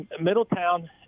Middletown